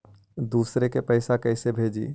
दुसरे के पैसा कैसे भेजी?